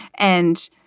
and,